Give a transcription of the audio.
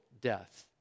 death